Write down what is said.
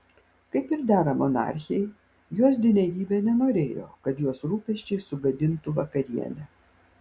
kaip ir dera monarchei jos didenybė nenorėjo kad jos rūpesčiai sugadintų vakarienę